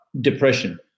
Depression